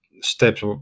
steps